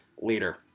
later